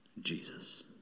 Jesus